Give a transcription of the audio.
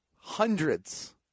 hundreds